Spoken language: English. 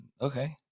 okay